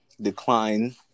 decline